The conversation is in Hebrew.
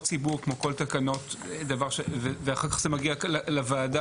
ציבור כמו כל תקנות ואחר זה מגיע לוועדה.